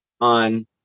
on